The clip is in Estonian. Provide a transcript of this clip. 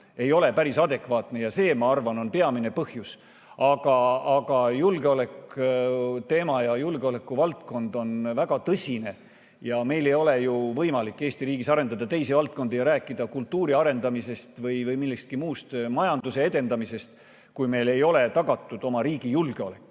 ei ole päris adekvaatne ja see, ma arvan, on peamine põhjus. Aga julgeoleku teema ja julgeoleku valdkond on väga tõsine. Meil ei ole ju võimalik Eesti riigis arendada teisi valdkondi ja rääkida kultuuri arendamisest, majanduse edendamisest või millestki muust, kui meil ei ole tagatud oma riigi julgeolek.